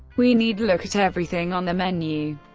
we need look at everything on the menu.